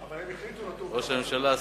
ראש הממשלה,